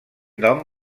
nom